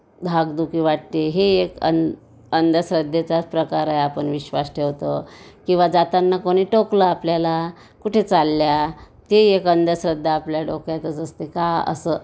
धाकधुकी वाटते हे एक अंद अंद्धश्रद्धेचाच प्रकार आहे आपण विश्वास ठेवतो किंवा जाताना कोणी टोकलं आपल्याला कुठे चालल्या ती एक अंधश्रद्धा आपल्या डोक्यातच असते का असं